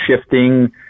shifting